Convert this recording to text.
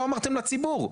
לא אמרתם לציבור,